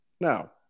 Now